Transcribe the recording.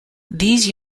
these